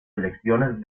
elecciones